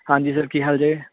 ਹਾਂਜੀ ਸਰ ਕੀ ਹਾਲ ਜੇ